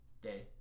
day